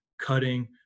cutting